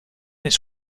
its